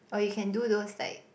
or you can do those like